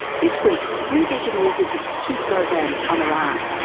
this week rear vision revisits two programs on iran.